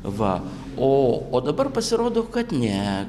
va o o dabar pasirodo kad ne